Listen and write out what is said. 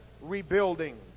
rebuilding